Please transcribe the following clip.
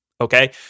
okay